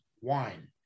wine